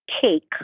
cake